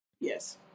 Yes